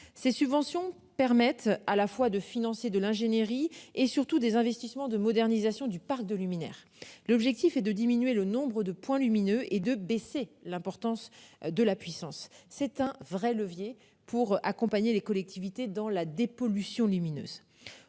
ces subventions permettent à la fois de financier de l'ingénierie et surtout des investissements de modernisation du parc de luminaires. L'objectif est de diminuer le nombre de points lumineux et de baisser l'importance de la puissance, c'est un vrai levier pour accompagner les collectivités dans la dépollution lumineuses